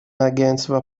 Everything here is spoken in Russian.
агентство